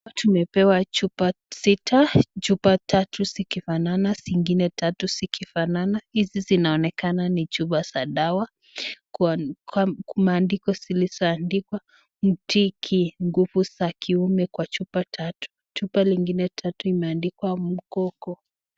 Hapa tumepewa chupa sita. Chupa tatu zikifanana. Zingine tatu zikifanan. Hizi zinaonekana ni chupa za dawa, zilizoandikwa Mtiki nguvu za kiume kwa chupa tatu. Chupa lingine tatu zimeandikwa mkoko.